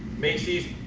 macy's,